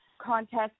contest